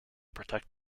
protect